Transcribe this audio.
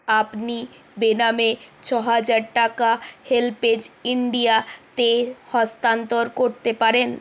আপনি বেনামে ছ হাজার টাকা হেল্পেজ ইন্ডিয়া তে হস্তান্তর করতে পারেন